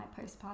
postpartum